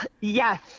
Yes